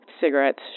cigarettes